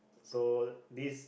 so this